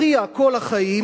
אחיה כל החיים,